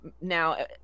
Now